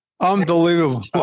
unbelievable